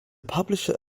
publisher